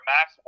Max